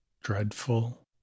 dreadful